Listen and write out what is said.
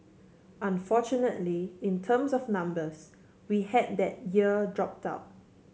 unfortunately in terms of numbers we had that year drop out